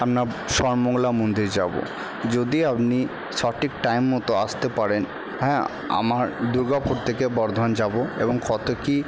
আমরা সর্বমঙ্গলা মন্দির যাবো যদি আপনি সঠিক টাইম মতো আসতে পারেন হ্যাঁ আমার দুর্গাপুর থেকে বর্ধমান যাবো এবং কত কি